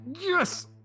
Yes